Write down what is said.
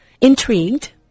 intrigued